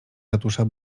ratusza